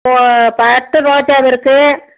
ஆ பட்டு ரோஜா இருக்குது